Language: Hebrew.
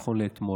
זה נכון לאתמול,